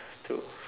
to